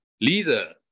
Leader